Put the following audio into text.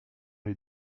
les